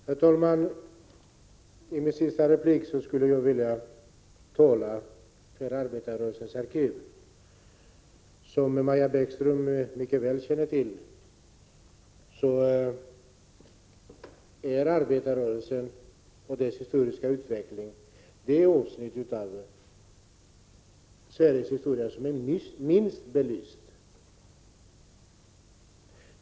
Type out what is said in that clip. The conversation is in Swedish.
Herr talman! I min sista replik skulle jag vilja tala för Arbetarrörelsens arkiv. Som Maja Bäckström mycket väl känner till, är arbetarrörelsen och dess historiska utveckling det avsnitt av Sveriges historia som är minst belyst.